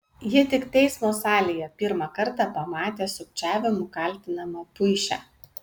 ji tik teismo salėje pirmą kartą pamatė sukčiavimu kaltinamą puišę